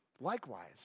likewise